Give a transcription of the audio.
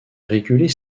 réguler